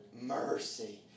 mercy